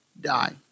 die